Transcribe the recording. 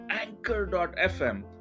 anchor.fm